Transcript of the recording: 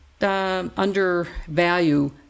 Undervalue